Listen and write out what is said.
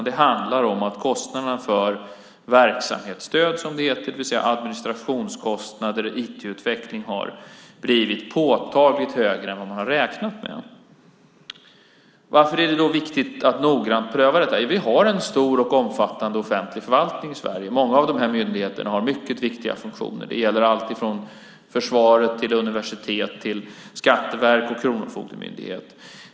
Det handlar om att kostnaderna för verksamhetsstöd som det heter, det vill säga administrationskostnader och IT-utveckling, har blivit påtagligt högre än vad man har räknat med. Varför är det viktigt att noggrant pröva detta? Vi har en stor och omfattande offentlig förvaltning i Sverige. Många av de myndigheterna har mycket viktiga funktioner. Det gäller allt från försvar till universitet, skatteverk och kronofogdemyndighet.